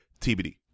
tbd